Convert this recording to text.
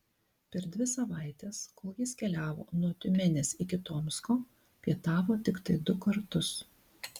per dvi savaites kol jis keliavo nuo tiumenės iki tomsko pietavo tiktai du kartus